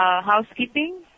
housekeeping